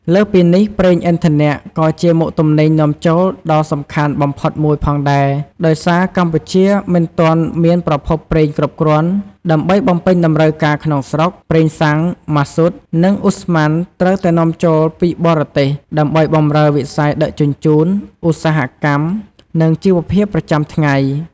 លើសពីនេះ ប្រេងឥន្ធនៈ ក៏ជាមុខទំនិញនាំចូលដ៏សំខាន់បំផុតមួយផងដែរ ដោយសារកម្ពុជាមិនទាន់មានប្រភពប្រេងគ្រប់គ្រាន់ដើម្បីបំពេញតម្រូវការក្នុងស្រុក ប្រេងសាំង ម៉ាស៊ូត និងឧស្ម័នត្រូវតែនាំចូលពីបរទេសដើម្បីបម្រើវិស័យដឹកជញ្ជូន ឧស្សាហកម្ម និងជីវភាពប្រចាំថ្ងៃ។